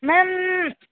ma'am